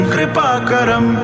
Kripakaram